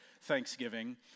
Thanksgiving